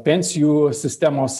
pensijų sistemos